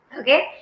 Okay